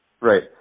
Right